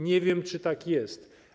Nie wiem, czy tak jest.